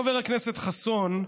חבר הכנסת חסון,